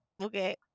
Okay